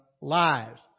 lives